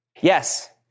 Yes